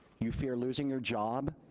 you fear losing your job,